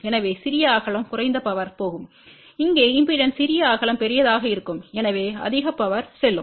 எனவே சிறிய அகலம் குறைந்த பவர் போகும் இங்கே இம்பெடன்ஸ் சிறிய அகலம் பெரியதாக இருக்கும் எனவே அதிக பவர் செல்லும்